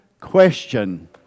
question